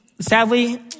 sadly